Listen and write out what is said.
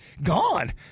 gone